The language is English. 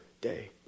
day